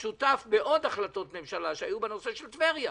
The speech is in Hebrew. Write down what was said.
שותף בעוד החלטות ממשלה בנושא טבריה.